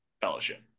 fellowship